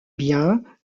biens